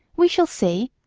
we shall see.